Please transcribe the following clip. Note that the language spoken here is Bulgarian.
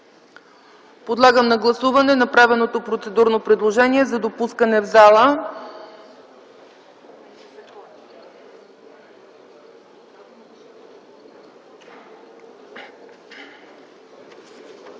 Подлагам на гласуване направеното процедурно предложение за допускане в зала.